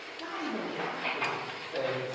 not even cat food, see?